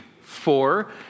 four